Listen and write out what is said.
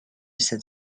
sept